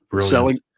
Selling